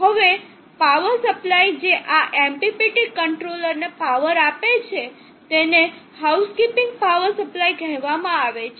હવે power supply જે આ MPPT કંટ્રોલર ને પાવર આપે છે તેને હાઉસકીપિંગ પાવર સપ્લાય કહેવામાં આવે છે